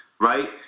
Right